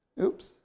Oops